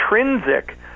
intrinsic